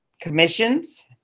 commissions